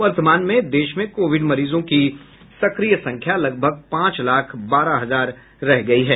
वर्तमान में देश में कोविड मरीजों की सक्रिय संख्या लगभग पांच लाख बारह हजार रह गई है